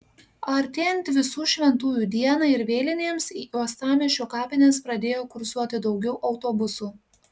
artėjant visų šventųjų dienai ir vėlinėms į uostamiesčio kapines pradėjo kursuoti daugiau autobusų